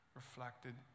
reflected